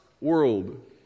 world